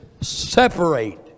separate